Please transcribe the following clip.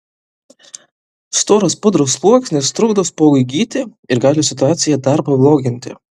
storas pudros sluoksnis trukdo spuogui gyti ir gali situaciją dar pabloginti